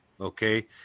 okay